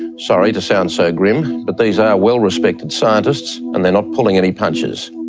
and sorry to sound so grim, but these are well respected scientists and they are not pulling any punches.